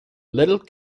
little